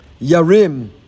yarim